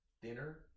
Thinner